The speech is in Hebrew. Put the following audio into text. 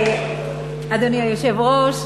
אדוני היושב-ראש,